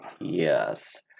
Yes